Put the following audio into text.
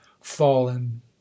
fallen